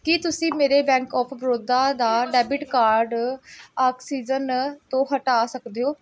ਕੀ ਤੁਸੀਂਂ ਮੇਰੇ bank of Baroda ਦਾ ਡੈਬਿਟ ਕਾਰਡ ਆਕਸੀਜਨ ਤੋਂ ਹਟਾ ਸਕਦੇ ਹੋ